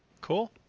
cool